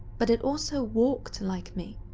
but it also walked like me,